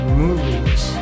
movies